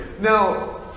Now